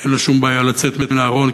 אין לו שום בעיה לצאת מן הארון,